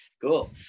Cool